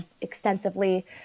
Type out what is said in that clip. extensively